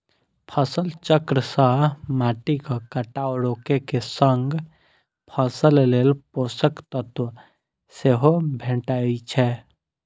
फसल चक्र सं माटिक कटाव रोके के संग फसल लेल पोषक तत्व सेहो भेटै छै